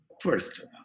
first